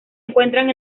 encuentran